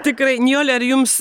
tikrai nijole ar jums